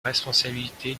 responsabilité